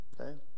okay